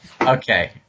Okay